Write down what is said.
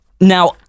Now